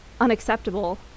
unacceptable